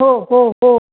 हो हो हो